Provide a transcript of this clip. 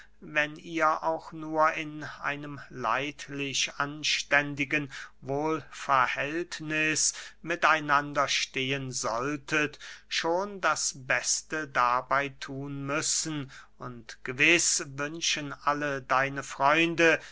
wenn ihr auch nur in einem leidlich anständigen wohlverhältniß mit einander stehen sollt schon das beste dabey thun müssen und gewiß wünschen alle deine freunde